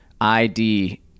ID